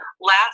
Last